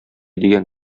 дигән